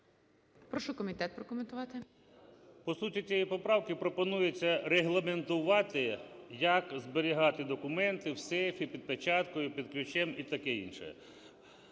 Прошу комітет прокоментувати. 11:10:20 КУПРІЄНКО О.В. По суті цієї поправки пропонується регламентувати, як зберігати документи в сейфі, під печаткою, під ключем і таке інше.